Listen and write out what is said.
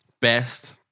best